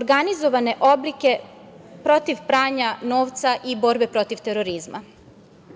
organizovane oblike protiv pranja novca i protiv terorizma.